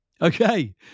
Okay